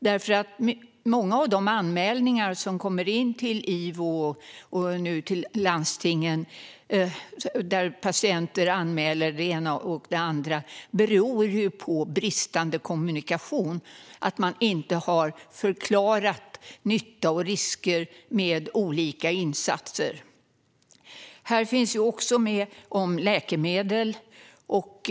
Många av anmälningarna från patienter som kommer in till IVO och landstingen om det ena och det andra beror ju på bristande kommunikation, att man inte har förklarat nytta och risker med olika insatser. Här finns också frågan om läkemedel med.